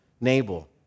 Nabal